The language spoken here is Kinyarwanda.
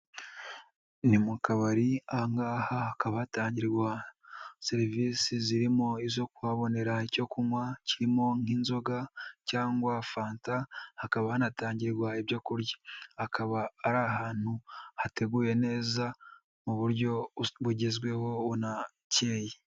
Ni mu kabari aha hakaba hatangirwa serivisi zirimozo izo kuhabonera icyo kunywa kirimo nk'inzoga cyangwa fanta, hakaba hanatangirwa ibyo kurya, hakaba ari ahantu hateguyewe neza, mu buryo bugezweho buna keye.